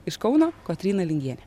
iš kauno kotryna lingienė